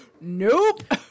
nope